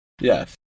Yes